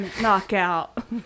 Knockout